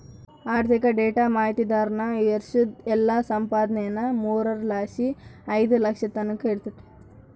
ಆರ್ಥಿಕ ಡೇಟಾ ಮಾಹಿತಿದಾರ್ರ ವರ್ಷುದ್ ಎಲ್ಲಾ ಸಂಪಾದನೇನಾ ಮೂರರ್ ಲಾಸಿ ಐದು ಲಕ್ಷದ್ ತಕನ ಇರ್ತತೆ